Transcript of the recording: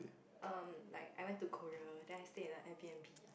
um like I went to Korea then I stayed in an Airbnb